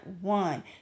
one